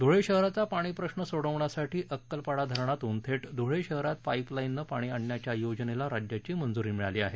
धूळे शहराचा पाणी प्रश्न सोडवण्यासाठी अक्कलपाडा धरणातून थेट धूळे शहरात पाईपलाईननं पाणी आणण्याच्या योजनेला राज्याची मंजुरी मिळाली आहे